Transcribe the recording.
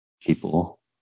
people